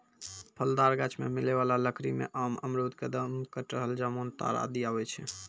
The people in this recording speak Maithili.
फलदार गाछ सें मिलै वाला लकड़ी में आम, अमरूद, कदम, कटहल, जामुन, ताड़ आदि आवै छै